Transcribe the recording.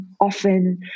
often